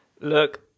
Look